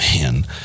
man